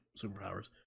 superpowers